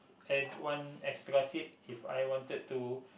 add one extra seat if I wanted to